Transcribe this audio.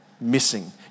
missing